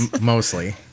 mostly